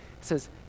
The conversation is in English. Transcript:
says